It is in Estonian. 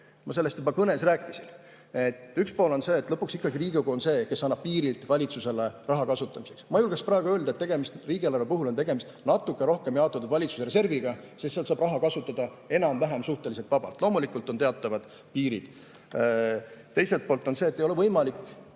Ma sellest juba kõnes rääkisin. Üks pool on see, et lõpuks ikkagi Riigikogu on see, kes annab piirid valitsusele raha kasutamiseks. Ma julgeks praegu öelda, et riigieelarve puhul on tegemist natuke rohkem jaotatud valitsuse reserviga, sest sealt saab raha kasutada enam-vähem suhteliselt vabalt. Loomulikult on teatavad piirid. Teiselt poolt on see, et ei ole võimalik